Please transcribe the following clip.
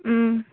ꯎꯝ